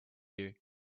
you